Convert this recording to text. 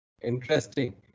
Interesting